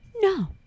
no